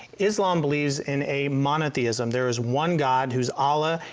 islam believes in a monotheism there is one god who is allah,